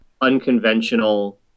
unconventional